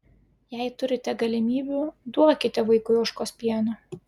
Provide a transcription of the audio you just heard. jei turite galimybių duokite vaikui ožkos pieno